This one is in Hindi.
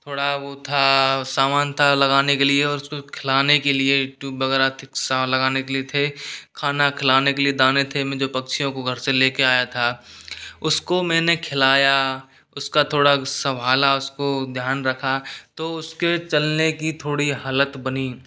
थोड़ा वो था सामान था लगाने के लिए और उसको खिलाने के लिए ट्यूब वगैरह थी लगाने के लिए थे खाना खिलाने के लिए दानें थे मुझे पक्षियों को घर से लेके आया था उसको मैंने खिलाने उसका थोड़ा संभाला उसको ध्यान रखा तो उसके चलने की थोड़ी हालत बनी